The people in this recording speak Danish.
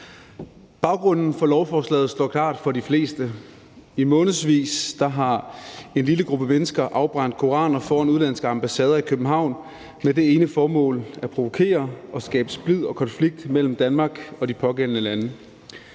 Baggrunden for lovforslaget står klart for de fleste. I månedsvis har en lille gruppe mennesker afbrændt koraner foran udenlandske ambassader i København med det ene formål at provokere og skabe splid og konflikt mellem Danmark og de pågældende lande.